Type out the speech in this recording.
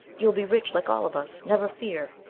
you'll be rich like all of us. never fear.